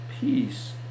peace